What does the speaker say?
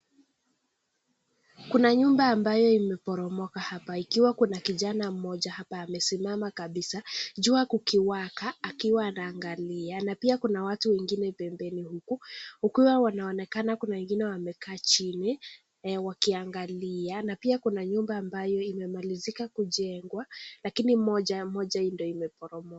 Kuna nyumba ambayo imeporomoka hapa. Ikiwa kuna kijana mmoja hapa amesimama kabisa jua kukiwaka akiwa anaangalia na pia kuna watu wengine pembeni huku. Ukiwa wanaonekana kuna wengine wamekaa chini wakiangalia na pia kuna nyumba ambayo imemalizika kujengwa lakini moja ndio imeporomoka.